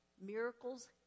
miracles